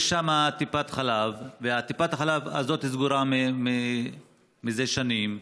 יש שם טיפת חלב, וטיפת החלב הזאת סגורה זה שנים.